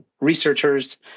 researchers